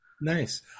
nice